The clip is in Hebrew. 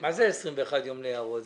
מה זה 21 יום להערות?